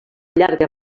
llarga